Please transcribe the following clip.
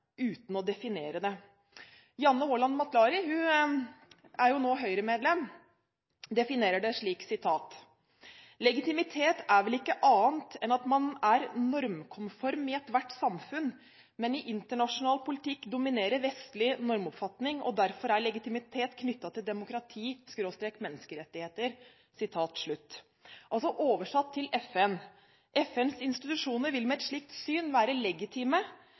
uten å definere det. Janne Haaland Matlary – hun er jo nå Høyre-medlem – definerer det slik: «Legitimitet er vel ikke annet enn at man er normkonform i ethvert samfunn , men i internasjonal politikk dominerer vestlig normoppfatning, og derfor er legitimitet knyttet til demokrati/MR.» Oversatt til FN: FNs institusjoner vil med et slikt syn være legitime